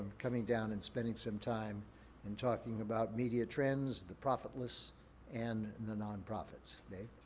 coming down and spending some time and talking about media trends, the profitless and the nonprofits today.